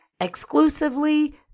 exclusively